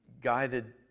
guided